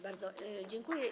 Bardzo dziękuję.